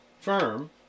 firm